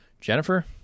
jennifer